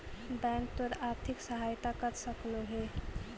bank तोर आर्थिक सहायता कर सकलो हे